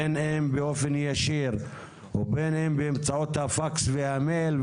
בין אם באופן ישיר או בין אם באמצעות הפקס והמייל,